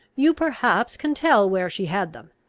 you perhaps can tell where she had them.